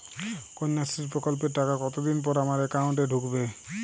কন্যাশ্রী প্রকল্পের টাকা কতদিন পর আমার অ্যাকাউন্ট এ ঢুকবে?